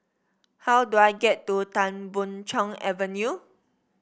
how do I get to Tan Boon Chong Avenue